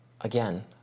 Again